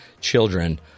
children